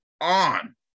on